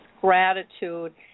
gratitude